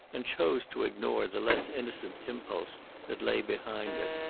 and chose to ignore the less innocent impulse that lay behind it.